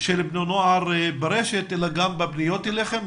של בני נוער ברשת וגם בפניות אליכם.